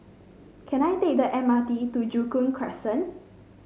can I take the M R T to Joo Koon Crescent